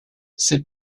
ses